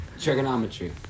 Trigonometry